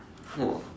!wah!